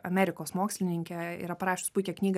amerikos mokslininkė yra parašius puikią knygą